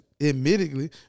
admittedly